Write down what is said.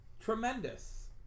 tremendous